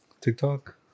TikTok